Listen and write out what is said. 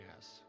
yes